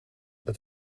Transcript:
het